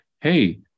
hey